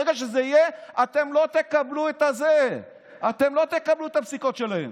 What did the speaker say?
ברגע שזה יהיה אתם לא תקבלו את הפסיקות שלהם,